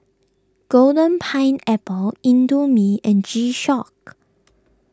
Golden Pineapple Indomie and G Shock